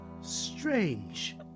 Strange